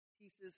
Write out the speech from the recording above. pieces